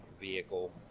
vehicle